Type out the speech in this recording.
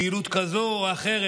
פעילות כזו או אחרת,